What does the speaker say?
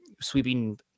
sweeping